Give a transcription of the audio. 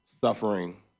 suffering